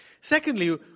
Secondly